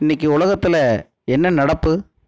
இன்னிக்கு உலகத்தில் என்ன நடப்பு